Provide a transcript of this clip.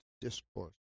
discourse